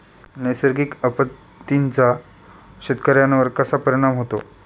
नैसर्गिक आपत्तींचा शेतकऱ्यांवर कसा परिणाम होतो?